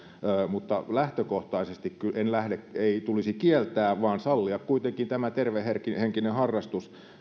mutta lähtökohtaisesti ei tulisi kieltää vaan sallia kuitenkin tämä tervehenkinen harrastus